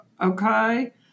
okay